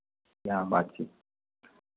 इएह बात छै